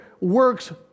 works